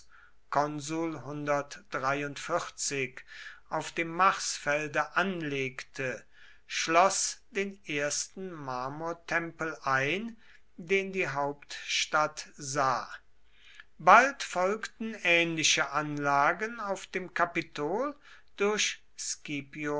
auf dem marsfelde anlegte schloß den ersten marmortempel ein den die hauptstadt sah bald folgten ähnliche anlagen auf dem kapitol durch